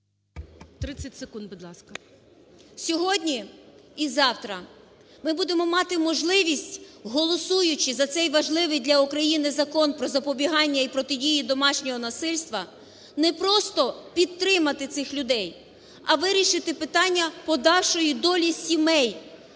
30 секунд, будь ласка. ЛУЦЕНКО І.С. Сьогодні і завтра ми будемо мати можливість, голосуючи за цей важливий для України Закон про запобігання і протидії домашнього насильства не просто підтримати цих людей, а вирішити питання подальшої долі сімей,